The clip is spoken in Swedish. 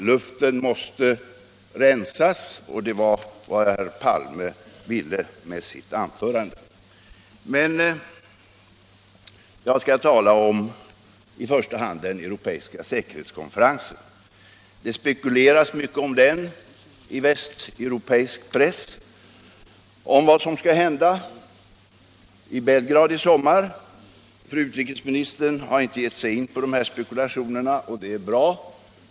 Luften måste rensas, och det var vad herr Palme ville med sitt anförande. Jag skall i första hand tala om den europeiska säkerhetskonferensen. Det spekuleras i västeuropeisk press mycket om vad som skall hända på Belgradkonferensen i sommar. Fru utrikesministern gav sig inte in på dessa spekulationer, och det var bra.